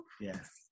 Yes